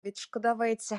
відшкодовується